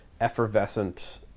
effervescent